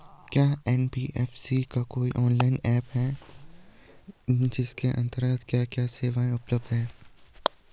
क्या एन.बी.एफ.सी का कोई ऑनलाइन ऐप भी है इसके अन्तर्गत क्या क्या सेवाएँ उपलब्ध हैं?